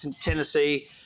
Tennessee